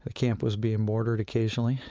ah camp was being mortared occasionally.